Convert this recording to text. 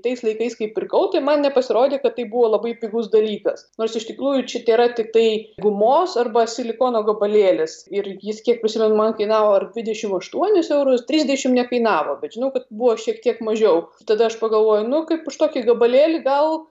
tais laikais kai pirkau tai man nepasirodė kad tai buvo labai pigus dalykas nors iš tikrųjų čia tėra tiktai gumos arba silikono gabalėlis ir jis kiek prisimenu man kainavo ar dvidešim aštuonis eurus trisdešim nekainavo bet žinau kad buvo šiek tiek mažiau tada aš pagalvojau nu kaip už tokį gabalėlį gal